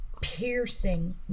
piercing